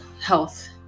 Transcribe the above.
health